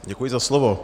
Děkuji za slovo.